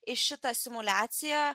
į šitą simuliaciją